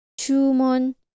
Chumon